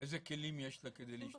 אילו כלים יש לה כדי להשתכנע?